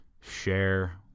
share